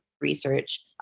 research